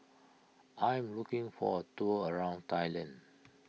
I am looking for a tour around Thailand